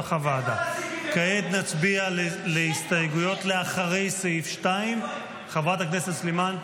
כעת נצביע על הסתייגויות לאחרי סעיף 2. חברת הכנסת סלימאן,